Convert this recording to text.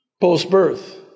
post-birth